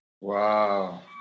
Wow